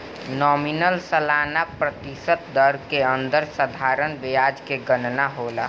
nominal सालाना प्रतिशत दर के अंदर साधारण ब्याज के गनना होला